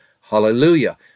hallelujah